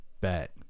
Bet